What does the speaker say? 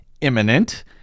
imminent